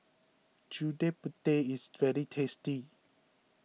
Gudeg Putih is very tasty